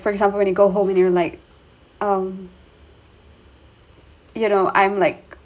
for example when you go home and you're like um you know I'm like